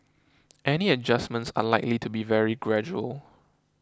any adjustments are likely to be very gradual